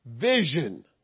vision